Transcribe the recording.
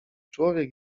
człowiek